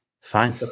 Fine